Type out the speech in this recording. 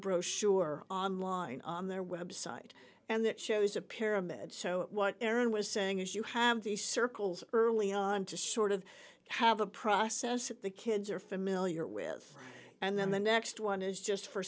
brochure online on their website and it shows a pyramid so what aaron was saying is you have these circles early on to sort of have a process that the kids are familiar with and then the next one is just for